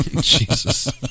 Jesus